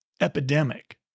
epidemic